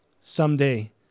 someday